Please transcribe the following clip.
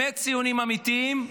ציונים אמיתיים,